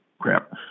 crap